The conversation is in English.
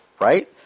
right